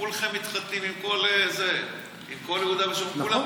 כולכם מתחתנים עם כל יהודה ושומרון.